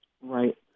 Right